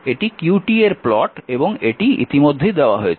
এটি q এর plot এবং এটি ইতিমধ্যে দেওয়া হয়েছে